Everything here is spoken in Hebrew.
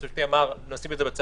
כשהיועץ המשפטי אמר שנשים את זה בצד,